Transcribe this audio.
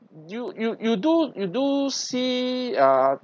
you you you do you do see ah